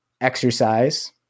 Exercise